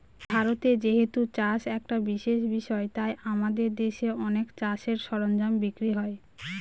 ভারতে যেহেতু চাষ একটা বিশেষ বিষয় তাই আমাদের দেশে অনেক চাষের সরঞ্জাম বিক্রি হয়